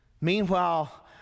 Meanwhile